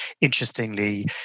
interestingly